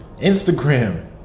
Instagram